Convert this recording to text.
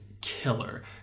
killer